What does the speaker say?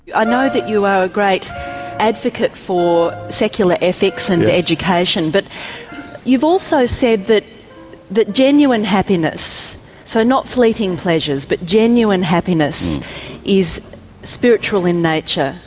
i know that you are a great advocate for secular ethics and education, but you've also said that that genuine happiness so not fleeting pleasures but genuine happiness is spiritual in nature.